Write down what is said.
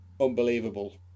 Unbelievable